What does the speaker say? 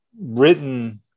written